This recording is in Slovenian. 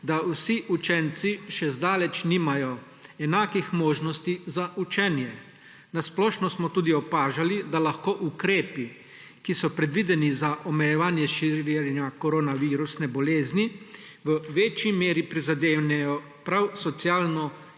da vsi učenci še zdaleč nimajo enakih možnosti za učenje. Na splošno smo tudi opažali, da lahko ukrepi, ki so predvideni za omejevanje širjenja koronavirusne bolezni, v večji meri prizadenejo prav socialno